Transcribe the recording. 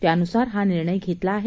त्यानुसार हा निर्णय घेतला आहे